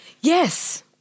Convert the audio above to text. Yes